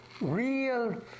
real